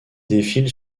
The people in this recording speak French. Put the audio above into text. défile